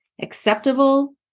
acceptable